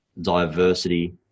diversity